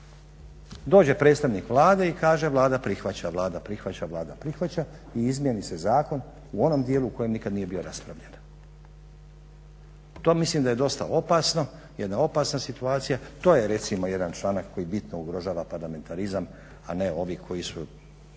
Dođe predstavnik Vlade i kaže Vlada prihvaća, Vlada prihvaća, Vlada prihvaća i izmjeni se zakon u onom dijelu u kojem nikad nije bio raspravljen. To mislim da je dosta opasno, jedna opasna situacija. To je recimo jedan članak koji bitno ugrožava parlamentarizam, a ne ovi koji su